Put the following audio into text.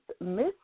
Miss